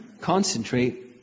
Concentrate